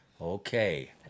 Okay